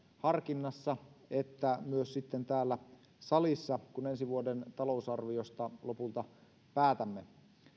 harkinnassa että sitten myös täällä salissa kun ensi vuoden talousarviosta lopulta päätämme